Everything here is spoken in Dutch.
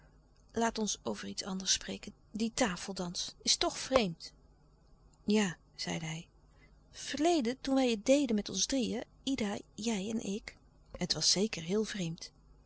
laat ons over iets anders spreken die tafeldans is toch vreemd ja zeide hij verleden toen wij het deden met ons drieën ida jij en ik het was zeker heel vreemd